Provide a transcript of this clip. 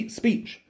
speech